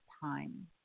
time